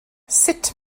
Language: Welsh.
sut